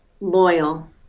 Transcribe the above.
loyal